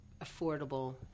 affordable